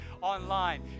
online